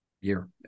year